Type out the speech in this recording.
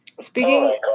speaking